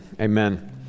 amen